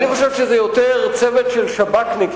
אני חושב שזה יהיה יותר צוות של שב"כניקים,